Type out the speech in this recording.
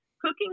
cooking